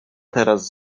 teraz